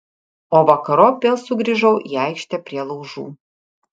o vakarop vėl sugrįžau į aikštę prie laužų